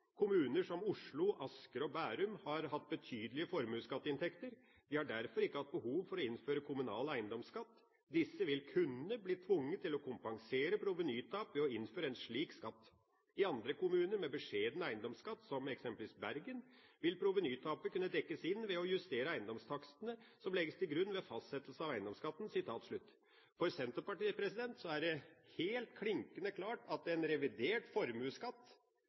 kommuner med beskjeden eiendomsskatt, som eksempelvis Bergen, vil provenytapet kunne dekkes inn ved å justere eiendomstakstene som legges til grunn ved fastsettelse av eiendomsskatten.» For Senterpartiet er det helt klinkende klart at en revidert formuesskatt